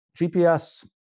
GPS